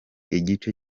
igice